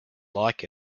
like